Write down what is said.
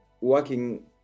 working